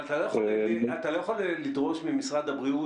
אבל אתה לא יכול לדרוש ממשרד הבריאות,